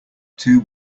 two